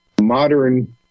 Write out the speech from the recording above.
modern